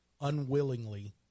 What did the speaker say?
unwillingly